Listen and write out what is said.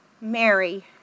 Mary